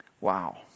Wow